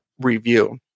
review